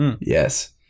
Yes